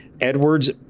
Edwards